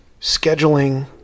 scheduling